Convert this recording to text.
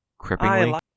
Cripplingly